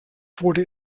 wurde